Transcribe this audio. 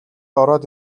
ороод